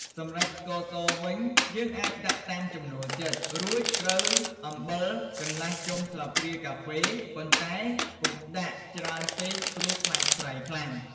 សម្រាប់ស្ករសវិញ យើងអាចដាក់តាមចំណូលចិត្ត រួចត្រូវដាក់អំបិលកន្លះចុងស្លាបព្រាកាហ្វេ ប៉ុន្តែ កុំដាក់ច្រើនពេកព្រោះខ្លាចប្រៃខ្លាំង។